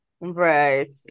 Right